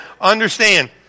understand